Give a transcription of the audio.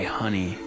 honey